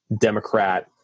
Democrat